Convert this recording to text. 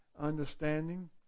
understanding